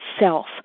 self